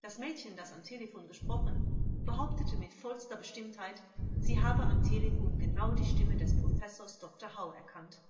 das mädchen das am telephon gesprochen behauptete mit vollster bestimmtheit sie habe am telephon genau die stimme des professors dr hau erkannt